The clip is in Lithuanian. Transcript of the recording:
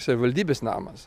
savivaldybės namas